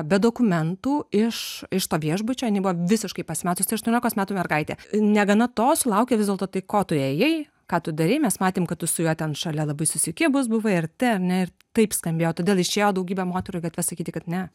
be dokumentų iš iš to viešbučio jinai buvo visiškai pasimetus tai aštuoniolikos metų mergaitė negana to sulaukė vis dėlto tai ko tu ėjai ką tu darei mes matėm kad tu su juo ten šalia labai susikibus buvai arti ar ne ir taip skambėjo todėl išėjo daugybė moterų į gatves sakyti kad ne